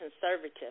conservative